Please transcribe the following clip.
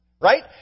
Right